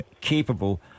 capable